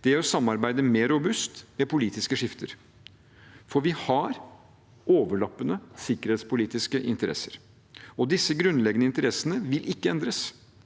Det gjør samarbeidet mer robust ved politiske skifter, for vi har overlappende sikkerhetspolitiske interesser. Disse grunnleggende interessene vil ikke endres